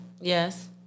yes